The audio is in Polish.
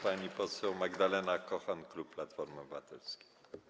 Pani poseł Magdalena Kochan, klub Platforma Obywatelska.